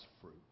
fruit